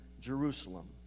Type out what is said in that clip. Jerusalem